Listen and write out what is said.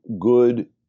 good